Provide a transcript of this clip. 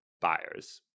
buyers